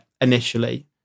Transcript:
initially